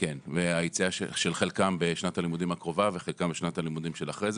היציאה של חלקם בשנת הלימודים הקרובה וחלקם בשנת הלימודים של אחרי זה.